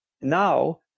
Now